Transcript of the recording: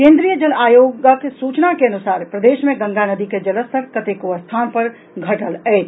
केन्द्रीय जल आयोगक सूचना के अनुसार प्रदेश मे गंगा नदी के जलस्तर कतेको स्थान पर घटल अछि